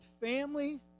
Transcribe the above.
family